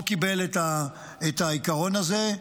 האוצר לא קיבל את העיקרון הזה,